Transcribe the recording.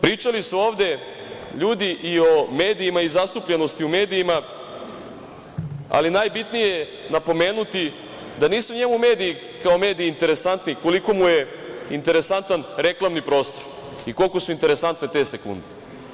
Pričali su ovde ljudi i o medijima i zastupljenosti u medijima, ali najbitnije je napomenuti da nisu njemu mediji kao mediji interesantni koliko mu je interesantan reklamni prostor i koliko su interesantne te sekunde.